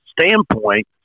standpoint